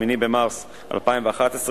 8 במרס 2011,